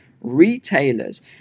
retailers